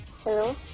Hello